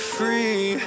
free